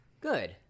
Good